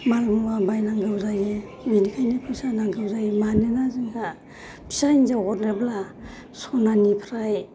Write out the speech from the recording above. माल मुवा बायनो गोनां जायो बेनिखायनो फैसा नांगौ जायो मानोना जोंहा फिसा हिन्जाव हरनोब्ला सनानिफ्राय